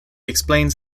explains